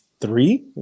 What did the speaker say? three